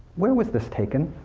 where was this taken?